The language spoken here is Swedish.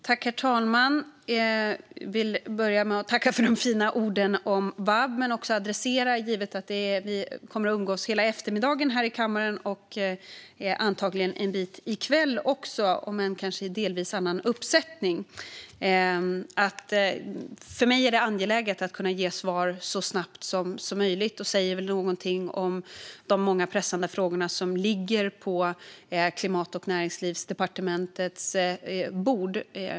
Herr talman! Jag vill börja med att tacka för de fina orden om vab. Givet att vi kommer att umgås hela eftermiddagen här i kammaren - och antagligen en bit in på kvällen också, om än kanske i delvis annan uppsättning - vill jag också säga att det är angeläget för mig att kunna ge svar så snabbt som möjligt. Det säger väl någonting om de många pressande frågor som ligger på Klimat och näringslivsdepartementets bord.